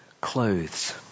clothes